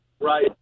right